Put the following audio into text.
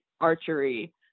archery